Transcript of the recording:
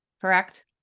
correct